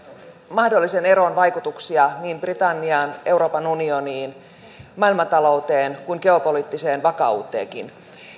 mahdollisen eron vaikutuksia niin britanniaan euroopan unioniin maailmantalouteen kuin geopoliittiseen vakauteenkin